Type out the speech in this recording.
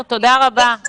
ולא משנה מאיזה מדינה,